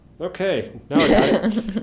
Okay